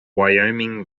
wyoming